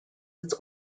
its